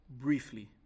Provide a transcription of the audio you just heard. briefly